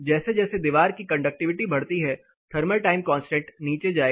जैसे जैसे दीवार की कंडक्टिविटी बढ़ती है थर्मल टाइम कांस्टेंट नीचे जाएगा